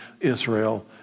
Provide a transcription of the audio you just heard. Israel